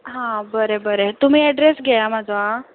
हां बरें बरें तुमी एड्रेस घेया म्हजो आं